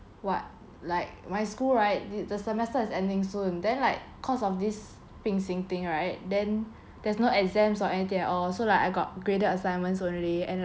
what like my school right the the semester is ending soon then like cause of this 病情 thing right then there's no exams or anything at all so like I got graded assignments only and like